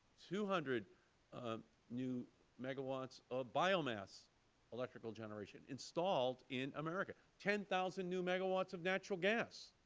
two hundred ah new megawatts of biomass electrical generation installed in america, ten thousand new megawatts of natural gas.